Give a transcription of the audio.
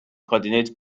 coordinate